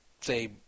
say